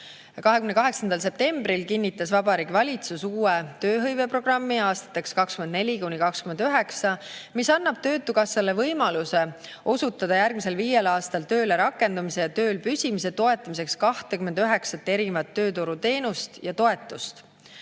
28. septembril kinnitas Vabariigi Valitsus uue tööhõiveprogrammi aastateks 2004–2029, mis annab töötukassale võimaluse osutada järgmisel viiel aastal tööle rakendumise ja tööl püsimise toetamiseks 29 erinevat tööturuteenust ja ‑toetust.